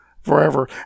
forever